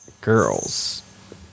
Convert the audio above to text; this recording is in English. Girls